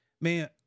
man